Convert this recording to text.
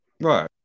right